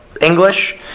English